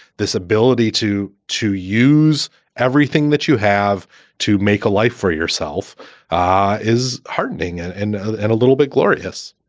this ability to to use everything that you have to make a life for yourself ah is heartening and and ah and a little bit glorious